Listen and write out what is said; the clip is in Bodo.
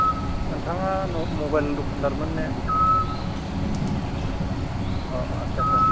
नोंथाङा मबाइल दखान्दारमोन ने औ आच्चा आच्चा